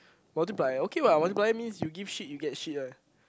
multiply okay what multiply means you give shit you get shit ah